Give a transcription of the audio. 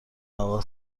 اقا